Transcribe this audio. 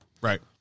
Right